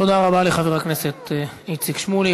תודה רבה לחבר הכנסת איציק שמולי.